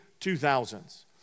2000s